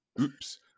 oops